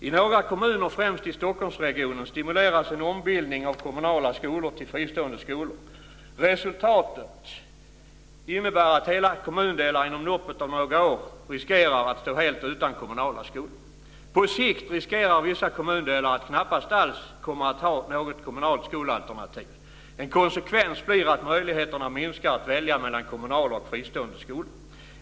I några kommuner, främst i Stockholmsregionen, stimuleras en ombildning av kommunala skolor till fristående skolor. Resultatet innebär att hela kommundelar inom loppet av några år riskerar att stå helt utan kommunala skolor. På sikt riskerar vissa kommundelar att knappast alls komma att ha något kommunalt skolalternativ. En konsekvens blir att möjligheterna minskar att välja mellan kommunala och fristående skolor.